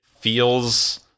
feels